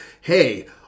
hey